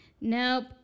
Nope